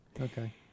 Okay